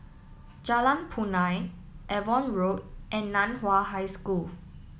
Jalan Punai Avon Road and Nan Hua High School